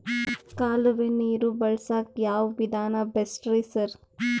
ಕಾಲುವೆ ನೀರು ಬಳಸಕ್ಕ್ ಯಾವ್ ವಿಧಾನ ಬೆಸ್ಟ್ ರಿ ಸರ್?